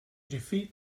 defeat